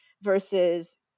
versus